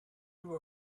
you